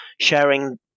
sharing